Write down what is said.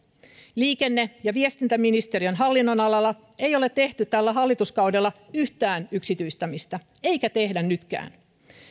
liikenne ja viestintäministeriön hallinnonalalla ei ole tehty tällä hallituskaudella yhtään yksityistämistä eikä tehdä nytkään